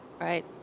Right